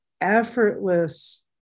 effortless